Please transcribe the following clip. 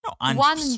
one